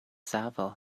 savo